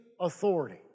authority